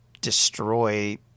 destroy